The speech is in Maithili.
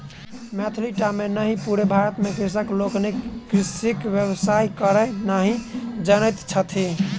मिथिले टा मे नहि पूरे भारत मे कृषक लोकनि कृषिक व्यवसाय करय नहि जानैत छथि